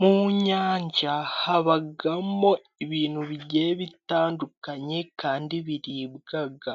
Mu nyanja habamo ibintu bigiye bitandukanye kandi biribwa